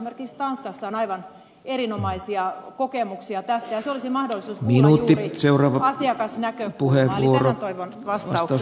esimerkiksi tanskassa on aivan erinomaisia kokemuksia tästä ja siinä olisi mahdollisuus kuulla juuri asiakasnäkökulmaa eli tähän toivon vastauksen